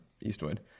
Eastwood